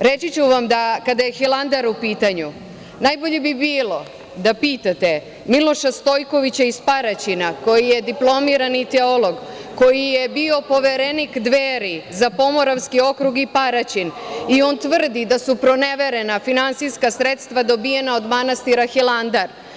reći ću vam da kada je Hilandar u pitanju, najbolje bi bilo da pitate Miloša Stojkovića iz Paraćina, koji je diplomirani teolog, koji je bio poverenik Dveri za Pomoravski okrug i Paraćin, i on tvrdi da su proneverena finansijska sredstva dobijena od manastira Hilandar.